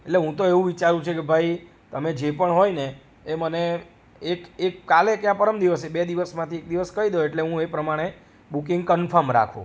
એટલે હું ઓ એવું વિચારું છે કે ભાઈ તમે જે પણ હોયને એ મને એક એક કાલે ક્યાં પરમ દિવસે બે દિવસમાંથી એક દિવસ કહી દો એટલે હું એ પ્રમાણે બુકિંગ કન્ફોર્મ રાખું